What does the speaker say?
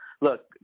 Look